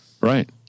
Right